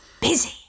busy